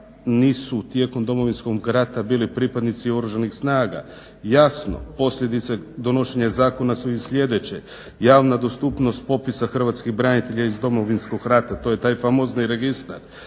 nisu tijekom Domovinskog rata bili pripadnici Oružanih snaga. Jasno, posljedice donošenja zakona su i sljedeće, javna dostupnost popisa hrvatskih branitelja iz Domovinskog rata to je taj famozni Registar,